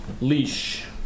Leash